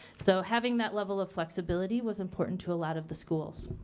so having that level of flexibility was important to a lot of the schools.